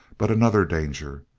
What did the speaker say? but another danger.